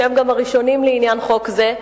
שהם גם הראשונים לעניין חוק זה,